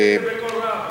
תגיד את זה בקול רם.